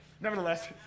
nevertheless